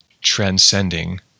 transcending